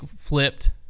flipped